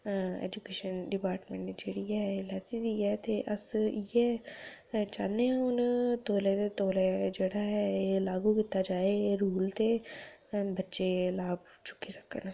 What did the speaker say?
education department ने जेह्ड़ी ऐ एह् लैती दी ऐ ते अस इ'यै चाह्न्ने आं हून तौले दे तौले जेह्ड़ा ऐ एह् लागू कीता जाए एह् रूल ते बच्चे लाभ चुक्की सकन